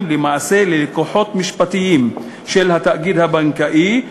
למעשה ללקוחות משפטיים של התאגיד הבנקאי,